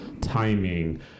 timing